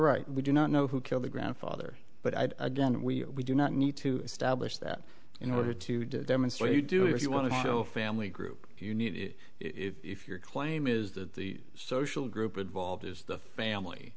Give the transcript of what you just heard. right we do not know who killed the grandfather but i again we do not need to establish that in order to demonstrate you do if you want to show a family group you need it if your claim is that the social group of volved is the family